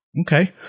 Okay